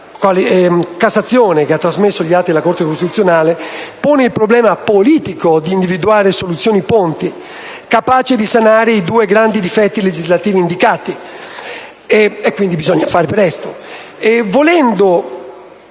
di cassazione, che ha trasmesso gli atti alla Corte costituzionale, pone il problema politico di individuare soluzioni ponte capaci di sanare i due grandi difetti legislativi indicati: bisogna quindi fare presto.